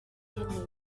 kidneys